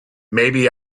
maybe